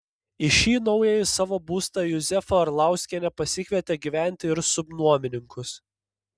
į šį naująjį savo būstą juzefa arlauskienė pasikvietė gyventi ir subnuomininkus